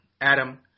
Adam